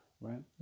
right